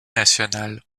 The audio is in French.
nationales